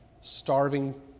starving